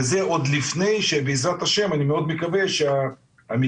וזה עוד לפני שבע"ה אני מאד מקווה שהמדינה